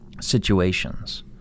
situations